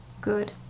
Good